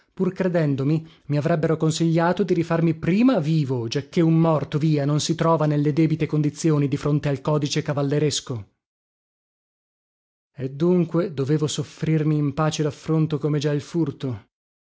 pur credendomi mavrebbero consigliato di rifarmi prima vivo giacché un morto via non si trova nelle debite condizioni di fronte al codice cavalleresco e dunque dovevo soffrirmi in pace laffronto come già il furto